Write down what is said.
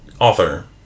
Author